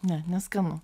ne neskanu